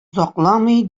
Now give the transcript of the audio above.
озакламый